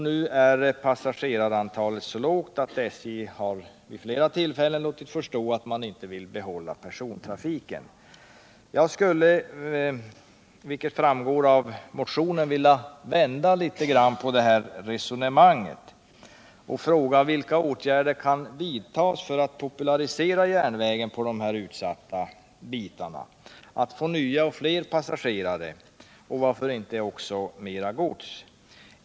Nu är passagerarantalet så lågt att SJ vid flera tillfällen låtit förstå att man inte vill behålla persontrafiken. Jag skulle, vilket framgår av motionen, vilja vända på det här resonemanget och fråga: Vilka åtgärder kan vidtas för att popularisera järnvägen på de här utsatta bitarna? Vilka åtgärder kan vidtas för att få nya och flera passagerare och varför inte också mera gods?